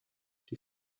die